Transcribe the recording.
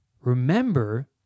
remember